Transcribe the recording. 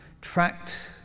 tracked